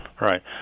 Right